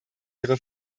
ihre